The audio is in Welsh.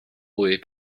ŵyr